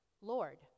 Lord